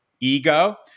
ego